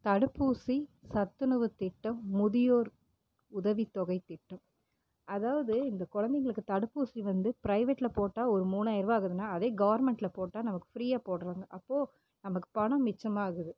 தடுப்பூசி சத்துணவு திட்டம் முதியோர் உதவி தொகை திட்டம் அதாவது இந்த குழந்தைங்களுக்கு தடுப்பூசி வந்து ப்ரைவேட்ல போட்டால் ஒரு மூணாயருபா ஆகுதுன்னா அதே கவர்மெண்ட்ல போட்டால் நமக்கு ஃப்ரீயாக போடுறாங்க அப்போது நமக்கு பணம் மிச்சமாகுது